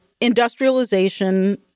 industrialization